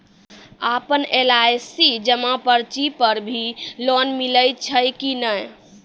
आपन एल.आई.सी जमा पर्ची पर भी लोन मिलै छै कि नै?